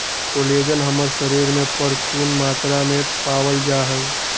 collagen हमर शरीर में परचून मात्रा में पावल जा हई